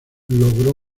logró